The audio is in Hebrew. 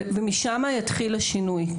ומשם יתחיל השינוי.